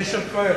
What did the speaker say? יישר כוח.